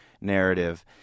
narrative